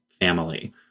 family